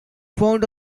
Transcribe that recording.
found